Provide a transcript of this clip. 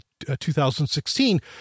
2016